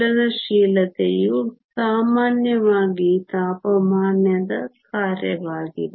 ಚಲನಶೀಲತೆಯು ಸಾಮಾನ್ಯವಾಗಿ ತಾಪಮಾನದ ಕಾರ್ಯವಾಗಿದೆ